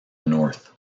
north